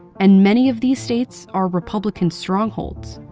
and many of these states are republican strongholds.